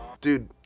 Dude